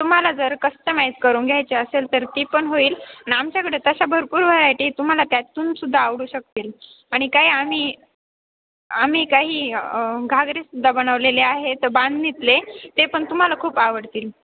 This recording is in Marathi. तुम्हाला जर कस्टमाईज करून घ्यायची असेल तर ती पण होईल आणि आमच्याकडे तशा भरपूर व्हरायटी तुम्हाला त्यातून सुद्धा आवडू शकतील आणि काही आम्ही आम्ही काही घागरे सुद्धा बनवलेले आहेत बांधणीतले ते पण तुम्हाला खूप आवडतील